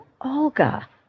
Olga